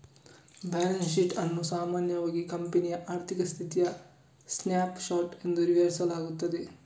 balance sheet ಅನ್ನು ಸಾಮಾನ್ಯವಾಗಿ ಕಂಪನಿಯ ಆರ್ಥಿಕ ಸ್ಥಿತಿಯ ಸ್ನ್ಯಾಪ್ ಶಾಟ್ ಎಂದು ವಿವರಿಸಲಾಗುತ್ತದೆ